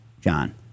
John